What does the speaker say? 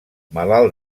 malalt